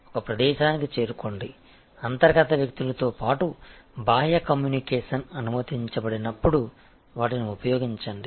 ఒక ప్రదేశానికి చేరుకోండి అంతర్గత వ్యక్తులతో పాటు బాహ్య కమ్యూనికేషన్ అనుమతించబడినప్పుడు వాటిని ఉపయోగించండి